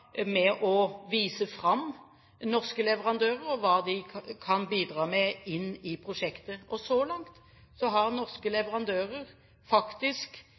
til å vise fram norske leverandører og hva de kan bidra med inn i prosjektet. Så langt har norske leverandører faktisk